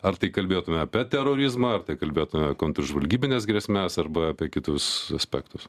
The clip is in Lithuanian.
ar tai kalbėtume apie terorizmą ar tai kalbėta kontržvalgybines grėsmes arba apie kitus aspektus